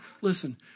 listen